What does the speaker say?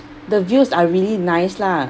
the views are really nice lah